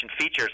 features